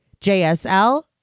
JSL